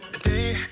Day